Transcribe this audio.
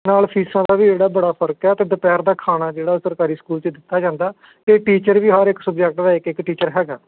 ਨਾਲ ਫੀਸਾਂ ਦਾ ਵੀ ਜਿਹੜਾ ਬੜਾ ਫ਼ਰਕ ਹੈ ਅਤੇ ਦੁਪਹਿਰ ਦਾ ਖਾਣਾ ਜਿਹੜਾ ਉਹ ਸਰਕਾਰੀ ਸਕੂਲ 'ਚ ਦਿੱਤਾ ਜਾਂਦਾ ਅਤੇ ਟੀਚਰ ਵੀ ਹਰ ਇੱਕ ਸਬਜੈਕਟ ਦਾ ਇੱਕ ਇੱਕ ਟੀਚਰ ਹੈਗਾ